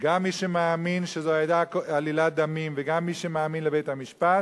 גם מי שמאמין שזו היתה עלילת דמים וגם מי שמאמין לבית-המשפט,